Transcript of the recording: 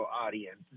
audience